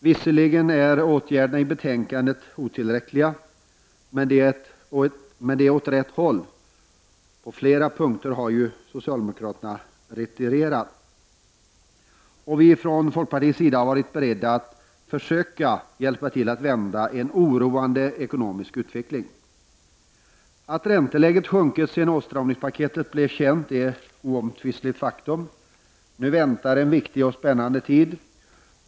Visserligen är åtgärderna i betänkandet otillräckliga, men de leder åt rätt håll. På flera punkter har socialdemokraterna retirerat. Vi från folkpartiets sida har varit beredda att försöka hjälpa till att vända en oroande ekonomisk utveckling. Att ränteläget sjunkit sedan åtstramningspaketet blev känt är ett oomtvistligt faktum. Nu väntar en viktig och spännande tid.